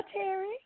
Terry